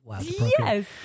yes